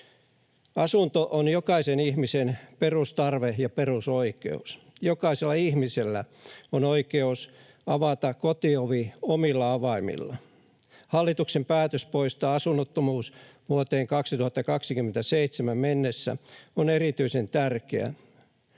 Asunto on jokaisen ihmisen perustarve ja perusoikeus. Jokaisella ihmisellä on oikeus avata kotiovi omilla avaimilla. Hallituksen päätös poistaa asunnottomuus vuoteen 2027 mennessä on erityisen tärkeä,